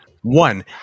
one